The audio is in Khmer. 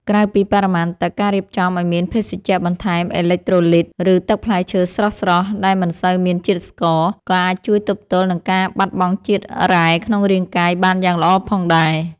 ក្រៅពីបរិមាណទឹក ការរៀបចំឱ្យមានភេសជ្ជៈបន្ថែមអេឡិចត្រូលីត ឬទឹកផ្លែឈើស្រស់ៗដែលមិនសូវមានជាតិស្ករ ក៏អាចជួយទប់ទល់នឹងការបាត់បង់ជាតិរ៉ែក្នុងរាងកាយបានយ៉ាងល្អផងដែរ។